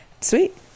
sweet